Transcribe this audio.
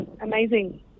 amazing